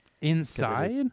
inside